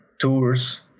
tours